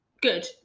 good